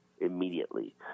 immediately